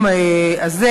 בתחום הזה.